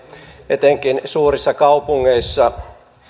etenkin suurissa kaupungeissa